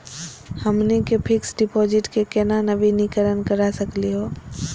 हमनी के fix deposit क केना नवीनीकरण करा सकली हो?